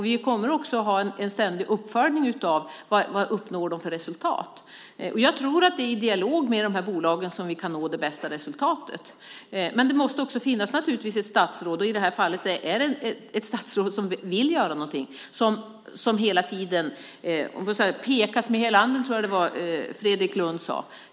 Vi kommer också att ha en ständig uppföljning av vad man uppnår för resultat. Jag tror att det är i dialog med de här bolagen som vi kan nå det bästa resultatet. Men det måste naturligtvis också finnas ett statsråd som vill göra något och som hela tiden pekat med hela handen - så tror jag att Fredrik Lundh sade.